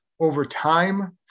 overtime